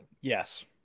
Yes